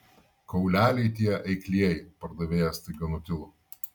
kauleliai tie eiklieji pardavėjas staiga nutilo